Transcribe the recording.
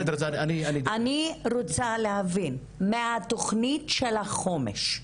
אני רוצה להבין, מהתוכנית של החומש,